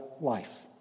life